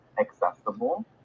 accessible